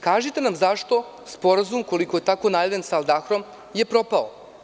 Kažite nam zašto sporazum, ukoliko je tako najavljen, sa Al Dahrom je propao?